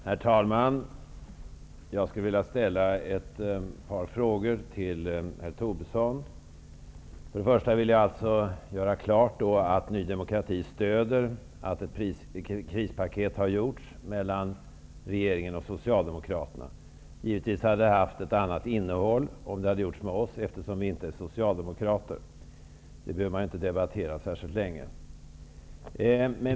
Herr talman! Jag skulle vilja ställa ett par frågor till herr Tobisson. Först och främst vill jag göra klart att Ny demokrati stöder de krispaket som regeringen och Socialdemokraterna har kommit överens om. De hade givetvis haft ett annat innehåll om vi hade varit med, eftersom vi inte är socialdemokrater. Det behöver man inte debattera särskilt länge.